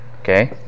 okay